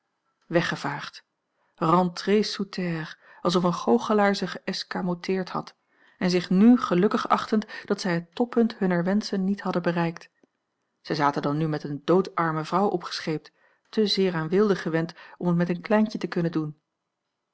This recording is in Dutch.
weggevaagd rentrés sous terre alsof een goochelaar ze geëscamoteerd had en zich n gelukkig achtend dat zij het toppunt hunner wenschen niet hadden bereikt ze zaten dan nu met eene doodarme vrouw opgescheept te zeer aan weelde gewend om het met een kleintje te kunnen doen